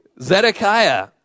Zedekiah